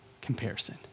comparison